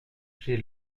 j’ai